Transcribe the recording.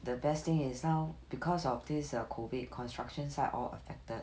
the best thing is now because of this COVID construction site or affected